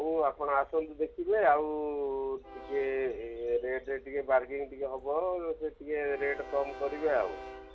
ହଉ ଆପଣ ଆସନ୍ତୁ ଦେଖିବେ ଆଉ ଟିକେ ରେଟ୍ରେ ଟିକେ ରେଟ୍ରେ ଟିକେ ହବ ହବ ନହେଲେ ସେ ଟିକେ ରେଟ୍ କମ୍ କରିବେ ଆଉ